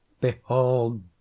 Behold